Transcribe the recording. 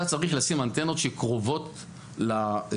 אתה צריך לשים אנטנות שקרובות למשתמש.